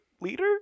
leader